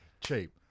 Cheap